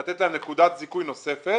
לתת להם נקודת זיכוי נוספת